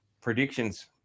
predictions